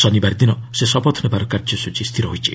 ଶନିବାର ଦିନ ସେ ଶପଥ ନେବାର କାର୍ଯ୍ୟସ୍ତଚୀ ରହିଛି